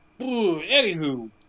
Anywho